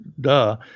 duh